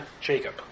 Jacob